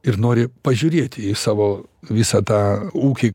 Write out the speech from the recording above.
ir nori pažiūrėti į savo visą tą ūkį